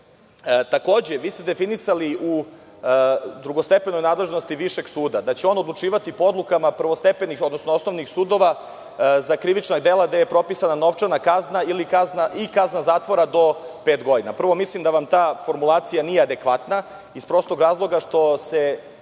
delu. Takođe, vi ste definisali u drugostepenoj nadležnosti višeg suda da će on odlučivati po odlukama prvostepenih, odnosno osnovnih sudova za krivična dela gde je propisana novčana kazna i kazna zatvora do pet godina. Prvo, mislim da vam ta formulacija nije adekvatna iz prostog razloga što se